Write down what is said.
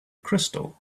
crystal